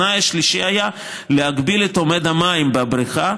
התנאי השלישי היה להגביל את עומד המים בבריכה,